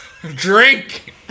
Drink